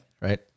Right